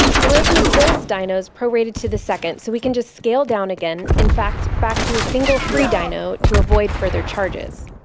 heroku builds dynos prorated to the second, so we can just scale down again, in fact, back to a single free dyno to avoid further charges.